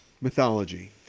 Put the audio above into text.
Mythology